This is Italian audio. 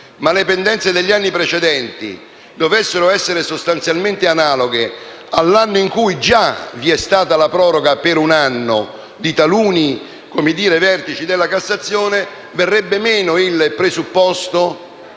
ma le pendenze degli anni precedenti dovessero essere sostanzialmente analoghe all'anno in cui già vi è stata la proroga per un anno di taluni vertici della Cassazione, verrebbe meno il presupposto